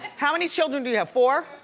how many children do you have? four?